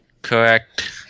Correct